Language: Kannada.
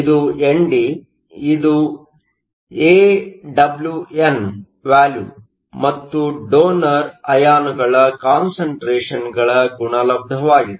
ಇದು ಎನ್ಡಿ ಇದು ಎಡಬ್ಲ್ಯೂಎನ್ ವಾಲ್ಯುಮ್ ಮತ್ತು ಡೋನರ್ ಅಯಾನುಗಳ ಕಾನ್ಸಂಟ್ರೇಷನ್ಗಳ ಗುಣಲಬ್ಧವಾಗಿದೆ